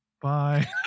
Bye